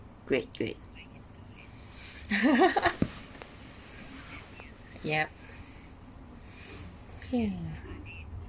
great great yep okay